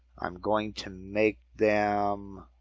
i'm going to make them